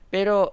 Pero